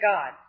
God